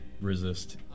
resist